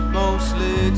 mostly